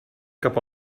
cap